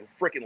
freaking